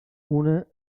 una